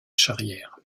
charrière